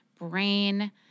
brain